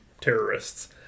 terrorists